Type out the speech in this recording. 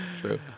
true